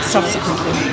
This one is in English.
Subsequently